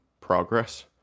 progress